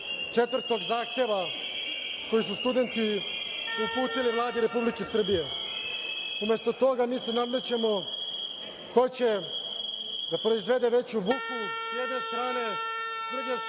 i 4. zahteva koji su studenti uputili Vladi Republike Srbije. Umesto toga, mi se nadmećemo ko će da proizvede veću buku sa jedne strane, a sa druge strane